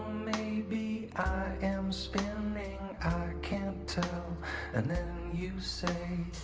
maybe i am spinning i can't tell and then you say